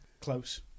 Close